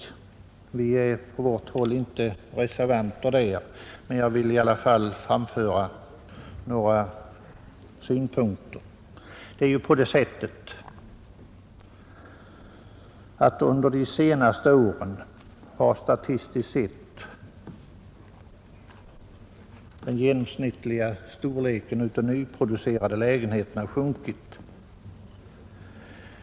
Vi är på vårt håll inte reservanter där, men jag vill i alla fall framföra några synpunkter. Under de senaste åren har statistiskt sett den genomsnittliga storleken av nyproducerade lägenheter minskat.